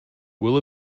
will